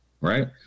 Right